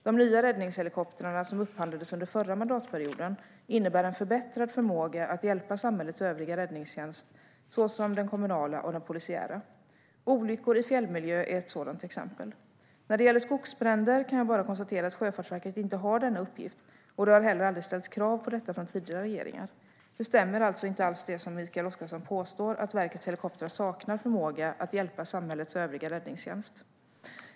De nya räddningshelikoptrarna, som upphandlades under förra mandatperioden, innebär en förbättrad förmåga att hjälpa samhällets övriga räddningstjänst, såsom den kommunala och den polisiära. Olyckor i fjällmiljö är ett sådant exempel. När det gäller skogsbränder kan jag bara konstatera att Sjöfartsverket inte har denna uppgift, och det har heller aldrig ställts krav på detta från tidigare regeringar. Det stämmer alltså inte alls det som Mikael Oscarsson påstår, att verkets helikoptrar saknar förmåga att hjälpa samhällets övriga räddningstjänst.